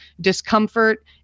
discomfort